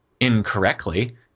incorrectly